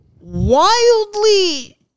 wildly